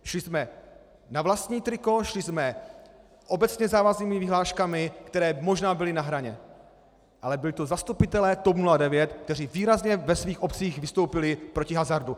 Šli jsme na vlastní triko, šli jsme obecně závaznými vyhláškami, které možná byly na hraně, ale byli to zastupitelé TOP 09, kteří výrazně ve svých obcích vystoupili proti hazardu.